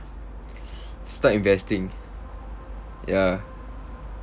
start investing ya